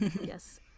Yes